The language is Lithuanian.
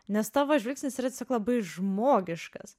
nes tavo žvilgsnis yra tiesiog labai žmogiškas